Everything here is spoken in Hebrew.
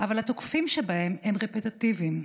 אבל התוקפים שבהם הם רפטטיביים.